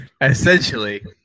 Essentially